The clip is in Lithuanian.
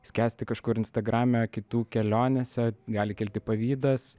skęsti kažkur instagrame kitų kelionėse gali kilti pavydas